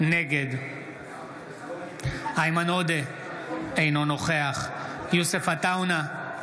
נגד איימן עודה, אינו נוכח יוסף עטאונה,